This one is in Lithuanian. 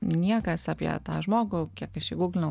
niekas apie tą žmogų kiek aš jį gūglinau